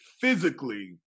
physically